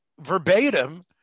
verbatim